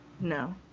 No